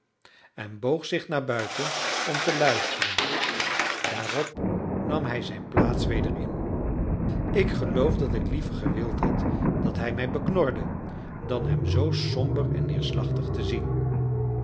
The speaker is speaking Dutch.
en boog zich naar buiten om te luisteren daarop nam hij zijn plaats weder in ik geloof dat ik liever gewild had dat hij mij beknorde dan hem zoo somber en neerslachtig te zien